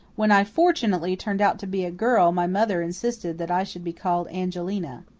when i fortunately turned out to be a girl my mother insisted that i should be called angelina.